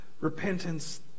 repentance